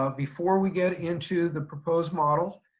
ah before we get into the proposed model,